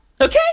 okay